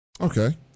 Okay